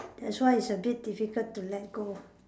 that's why it's a bit difficult to let go